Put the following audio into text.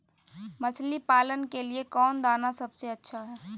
मछली पालन के लिए कौन दाना सबसे अच्छा है?